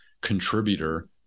contributor